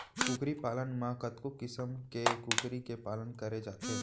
कुकरी पालन म कतको किसम के कुकरी के पालन करे जाथे